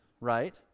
right